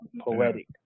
poetic